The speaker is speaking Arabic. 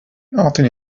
أعطني